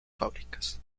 fábricas